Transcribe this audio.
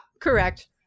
Correct